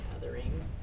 gathering